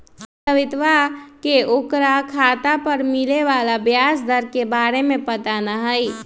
सवितवा के ओकरा खाता पर मिले वाला ब्याज दर के बारे में पता ना हई